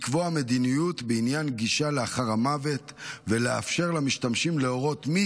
לקבוע מדיניות בעניין גישה לאחר המוות ולאפשר למשתמשים להורות מי